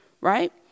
Right